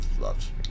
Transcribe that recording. loves